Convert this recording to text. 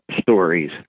stories